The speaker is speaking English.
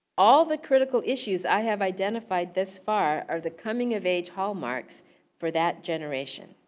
all the critical issues i have identified this far, are the coming of age hallmarks for that generation.